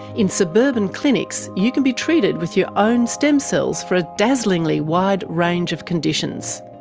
in suburban clinics, you can be treated with your own stem cells for a dazzlingly wide range of conditions.